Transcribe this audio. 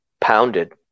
pounded